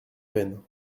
peine